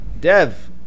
Dev